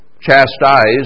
chastised